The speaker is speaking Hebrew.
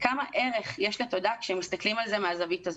כמה ערך יש לתודה כשמסתכלים על זה מהזווית הזו,